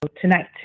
tonight